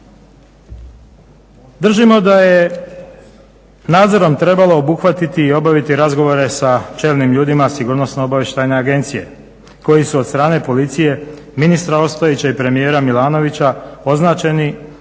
Držimo da je nadzorom trebalo obuhvatiti i obaviti razgovore sa čelnim ljudima Sigurnosno-obavještajne agencije koji su od strane Policije, ministra Ostojića i premijera Milanovića označeni